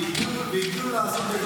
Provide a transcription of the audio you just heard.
והגדילו לעשות,